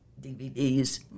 DVDs